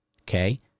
Okay